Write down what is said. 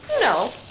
No